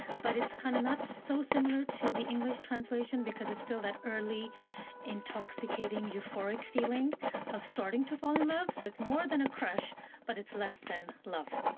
but it's kind of not so similar to the english translation because it's still that early intoxicating euphoric feeling of starting to fall in love. so it's more than a crush but it's less than love.